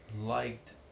liked